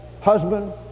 husband